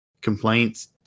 complaints